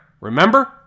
Remember